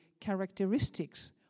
characteristics